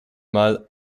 mal